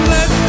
Let